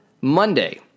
Monday